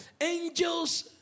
angels